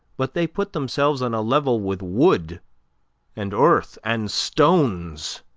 but they put themselves on a level with wood and earth and stones